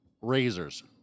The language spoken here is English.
razors